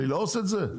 ללעוס את זה?